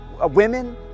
women